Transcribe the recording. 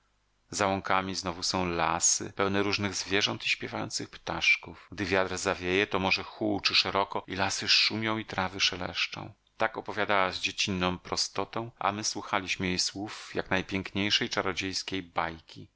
łąkami znowu są lasy pełne różnych zwierząt i śpiewających ptaszków gdy wiatr zawieje to morze huczy szeroko i lasy szumią i trawy szeleszczą tak opowiadała z dziecinną prostotą a my słuchaliśmy jej słów jak najpiękniejszej czarodziejskiej bajki